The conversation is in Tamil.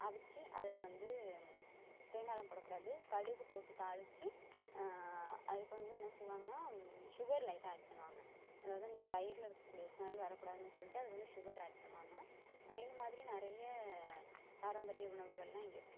அவித்து அதில் வந்து தேங்காயெலாம் போடக்கூடாது கடுகு போட்டு தாளித்து அதுக்கு வந்து என்ன செய்வாங்கனால் ஷுகர் லைட்டாக ஆட் பண்ணுவாங்க அதாவது இந்த பயிறில் இருக்கக்கூடிய ஸ்மெல் வரக்கூடாதுன்னு சொல்லிட்டு அதுக்கு வந்து ஷுகர் ஆட் பண்ணுவாங்க இந்த மாதிரி நிறைய பாரம்பரிய உணவுகளெலாம் இங்கே இருக்குது